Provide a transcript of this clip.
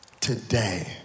today